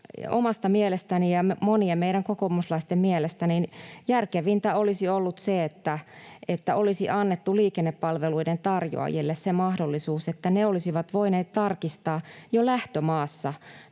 omasta mielestäni ja monien meidän kokoomuslaisten mielestä järkevintä olisi ollut se, että olisi annettu liikennepalveluiden tarjoajille se mahdollisuus, että he olisivat voineet tarkistaa jo lähtömaassa